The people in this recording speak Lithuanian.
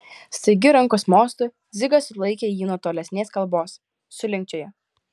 staigiu rankos mostu dzigas sulaikė jį nuo tolesnės kalbos sulinkčiojo